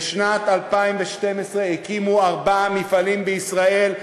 בשנת 2012 הקימו ארבעה מפעלים בישראל,